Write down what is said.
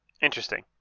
Interesting